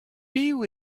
piv